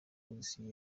polisi